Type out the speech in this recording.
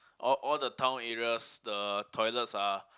all all the town areas the toilets are